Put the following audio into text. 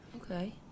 Okay